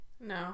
No